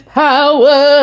power